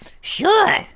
Sure